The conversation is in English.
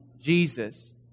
Jesus